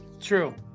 True